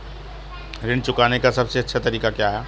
ऋण चुकाने का सबसे अच्छा तरीका क्या है?